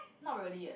not really leh